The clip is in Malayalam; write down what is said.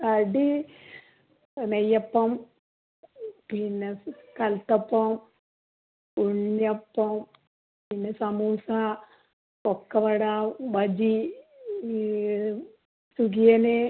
കടി നെയ്യപ്പം പിന്നെ കൽത്തപ്പം ഉണ്ണിയപ്പം പിന്നെ സമോസ പക്കവട ബജി ഈ സുഖിയൻ